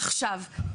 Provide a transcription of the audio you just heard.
עכשיו,